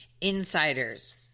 insiders